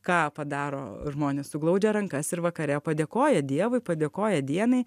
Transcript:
ką padaro žmonės suglaudžia rankas ir vakare padėkoja dievui padėkoja dienai